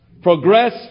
Progress